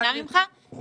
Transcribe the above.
מבינה ממך אנחנו לא שם.